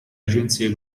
agenzie